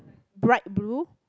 bright blue